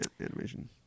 animation